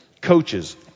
coaches